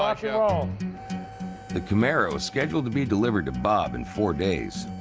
ah ah um the camaro is scheduled to be delivered to bob in four days,